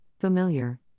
familiar